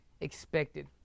expected